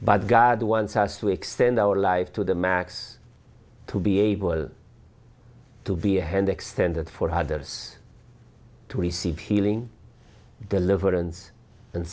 but god wants us to extend our life to the max to be able to be a hand extended for others to receive healing deliverance and